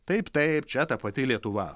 taip taip čia ta pati lietuva